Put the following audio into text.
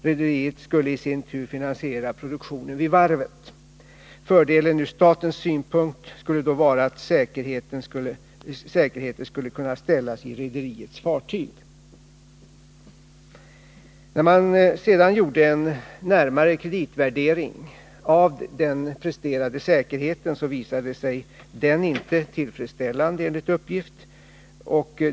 Rederiet skulle i sin tur finansiera produktionen vid varvet. Fördelen ur statens synpunkt skulle då vara att säkerhet skulle ställas i rederiets fartyg. När man sedan gjorde en närmare kreditvärdering av den presterade säkerheten visade den sig, enligt uppgift, inte tillfredsställande.